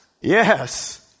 yes